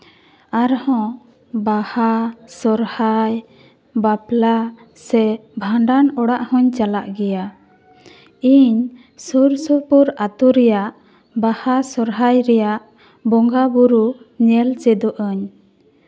ᱟᱨᱦᱚᱸ ᱵᱟᱦᱟ ᱥᱚᱨᱦᱟᱭ ᱵᱟᱯᱞᱟ ᱥᱮ ᱵᱷᱟᱸᱰᱟᱱ ᱚᱲᱟᱜ ᱦᱚᱧ ᱪᱟᱞᱟᱜ ᱜᱮᱭᱟ ᱤᱧ ᱥᱩᱨᱼᱥᱩᱯᱩᱨ ᱟᱛᱳ ᱨᱮᱭᱟᱜ ᱵᱟᱦᱟ ᱥᱚᱨᱦᱟᱭ ᱨᱮᱭᱟᱜ ᱵᱚᱸᱜᱟᱼᱵᱩᱨᱩ ᱧᱮᱞ ᱪᱮᱫᱚᱜ ᱟᱹᱧ